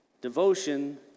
devotion